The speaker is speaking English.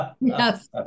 Yes